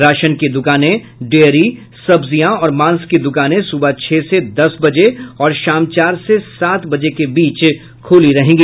ration की दुकानें dairy सब्जियां और मांस की दुकानें सुबह छह से दस बजे और शाम चार से सात बजे के बीच खुली रहेंगी